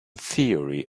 theory